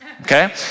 okay